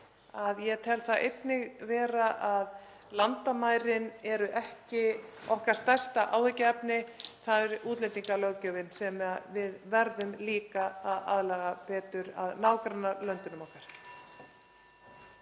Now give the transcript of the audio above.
að ég tel einnig að landamærin séu ekki okkar stærsta áhyggjuefni. Það er útlendingalöggjöfin sem við verðum að aðlaga betur að nágrannalöndum okkar.